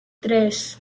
tres